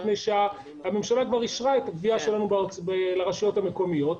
מפני שהממשלה כבר אישרה את הגבייה שלנו לרשויות המקומיות,